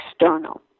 external